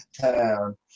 town